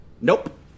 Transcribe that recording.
Nope